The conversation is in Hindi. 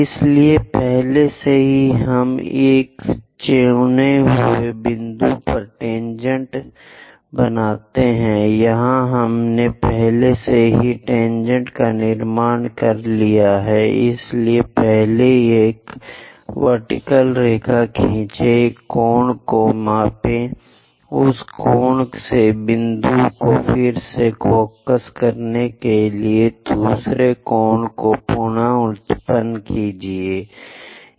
इसलिए पहले से ही हम एक चुने हुए बिंदु पर टेनजेंट हैं यहां हमने पहले से ही टेनजेंट का निर्माण किया है इसलिए पहले एक वर्टीकल रेखा खींचिए इस कोण को मापिए उस कोण से बिंदु को फिर से फोकस करने के लिए दूसरे कोण को पुन उत्पन्न कीजिए